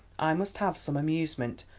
i must have some amusement,